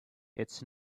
it’s